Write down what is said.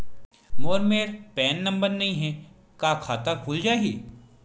मोर मेर PAN number नई हे का खाता खुल जाही?